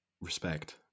respect